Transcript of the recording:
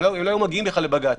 הם לא היו מגיעים בכלל לבג"ץ.